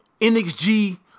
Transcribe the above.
NXG